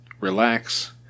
Relax